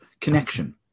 connection